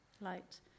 light